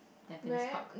tampines park